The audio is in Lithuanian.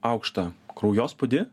aukštą kraujospūdį